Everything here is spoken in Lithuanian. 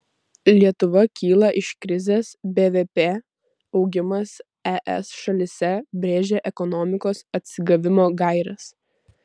lietuva kyla iš krizės bvp augimas es šalyse brėžia ekonomikos atsigavimo gaires